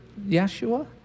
Yeshua